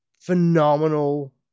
phenomenal